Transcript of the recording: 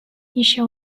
іще